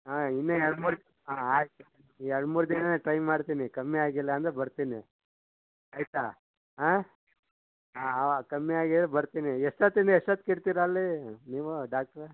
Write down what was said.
ಹಾಂ ಇನ್ನೂ ಎರಡು ಮೂರು ಹಾಂ ಆಯಿತು ಎರಡು ಮೂರು ದಿನ ಟ್ರೈ ಮಾಡ್ತೀನಿ ಕಮ್ಮಿ ಆಗಿಲ್ಲ ಅಂದರೆ ಬರ್ತೀನಿ ಆಯಿತಾ ಆಂ ಹಾಂ ಹಾಂ ಕಮ್ಮಿ ಆಗಿಲ್ಲ ಬರ್ತೀನಿ ಎಷ್ಟೊತ್ತಿಂದ ಎಷ್ಟೊತ್ಗೆ ಇರ್ತೀರ ಅಲ್ಲಿ ನೀವು ಡಾಕ್ಟ್ರೆ